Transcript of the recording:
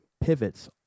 pivots